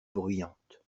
bruyantes